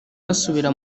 basubira